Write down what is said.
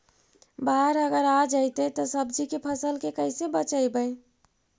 बाढ़ अगर आ जैतै त सब्जी के फ़सल के कैसे बचइबै?